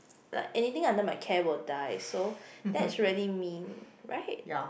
like anything under my care will die so that's really mean right